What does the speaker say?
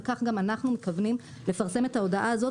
וכך גם אנחנו מתכוונים לפרסם את ההודעה הזאת,